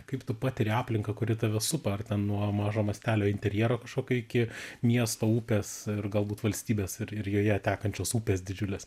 kaip tu patiri aplinką kuri tave supa ar ten nuo mažo mastelio interjero kažkokio iki miesto upės ir galbūt valstybės ir ir joje tekančios upės didžiulės